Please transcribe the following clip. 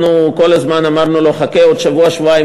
אנחנו כל הזמן אמרנו לו: חכה עוד שבוע-שבועיים,